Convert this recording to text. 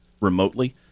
remotely